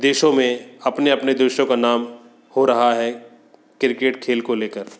देशों में अपने अपने देशों का नाम हो रहा है क्रिकेट खेल को ले कर